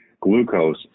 Glucose